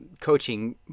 coaching